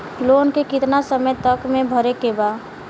Loan के कितना समय तक मे भरे के बा?